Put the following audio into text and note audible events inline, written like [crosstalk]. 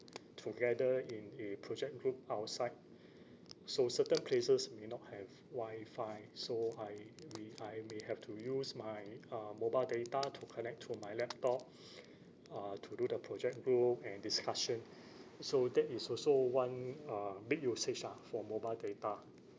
together in a project group outside so certain places may not have wi-fi so I we I may have to use my uh mobile data to connect to my laptop [breath] uh to do the project group and discussion so that is also one uh big usage lah for mobile data